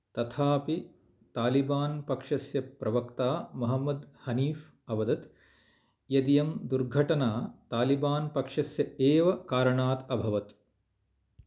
तथापि तालिबान् पक्षस्य प्रवक्ता महम्मद् हनीफ् अवदत् यदियं दुर्घटना तालिबान् पक्षस्य एव कारणात् अभवत्